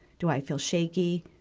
do i feel shaky?